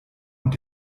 und